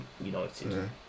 United